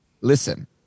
Listen